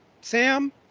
Sam